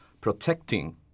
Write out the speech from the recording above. protecting